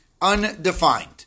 undefined